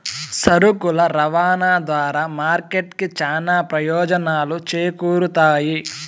సరుకుల రవాణా ద్వారా మార్కెట్ కి చానా ప్రయోజనాలు చేకూరుతాయి